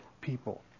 people